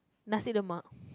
Nasi-Lemak